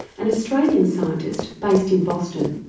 an australian scientist based in boston.